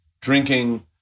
drinking